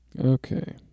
Okay